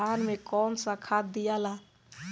धान मे कौन सा खाद दियाला?